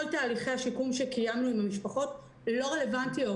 כל תהליכי השיקום שקיימנו עם המשפחות לא רלוונטיים.